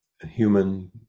human